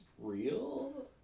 real